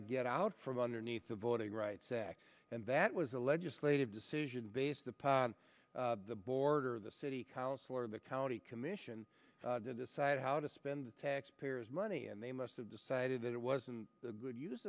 to get out from underneath the voting rights act and that was a legislative decision based upon the board or the city council or the county commission to decide how to spend the taxpayers money and they must have decided that it wasn't a good use